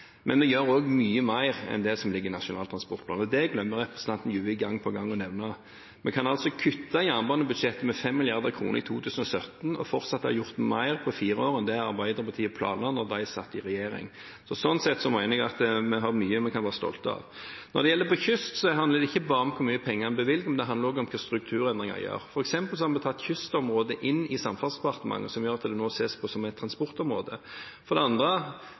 Men vi gjør også mye mer enn det som ligger i Nasjonal transportplan – det glemmer representanten Juvik gang på gang å nevne. Vi kan kutte jernbanebudsjettet med 5 mrd. kr i 2017 og fortsatt ha gjort mer på fire år enn det Arbeiderpartiet planla da de satt i regjering. Sånn sett mener jeg vi har mye vi kan være stolte av. Når det gjelder kysten, handler det ikke bare om hvor mye penger en bevilger. Det handler også om hvilke strukturendringer en gjør. Vi har f.eks. tatt kystområdet inn i Samferdselsdepartementet, som gjør at det nå ses på som et transportområde. For det andre: